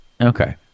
Okay